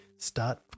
start